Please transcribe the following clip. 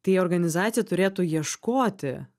tai organizacija turėtų ieškoti